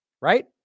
right